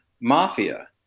mafia